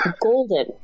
golden